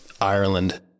Ireland